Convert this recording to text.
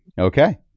Okay